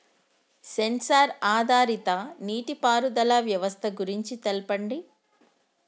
Censor ఆధారిత నీటిపారుదల వ్యవస్థ గురించి తెల్పండి?